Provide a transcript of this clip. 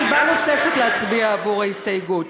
סיבה נוספת להצביע עבור ההסתייגות.